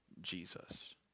Jesus